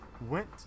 went